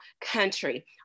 country